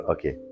Okay